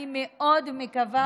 אני מאוד מקווה,